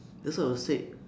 that's what I would say